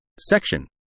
Section